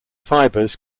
fibers